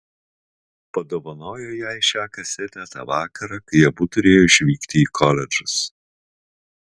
padovanojo jai šią kasetę tą vakarą kai abu turėjo išvykti į koledžus